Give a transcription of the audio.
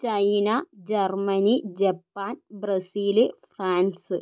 China Germany Japan Brazil France